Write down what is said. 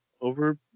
over